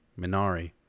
Minari